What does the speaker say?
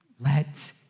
Let